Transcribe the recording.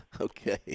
Okay